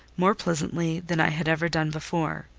more pleasantly than i had ever done before.